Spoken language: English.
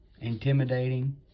intimidating